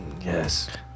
Yes